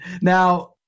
Now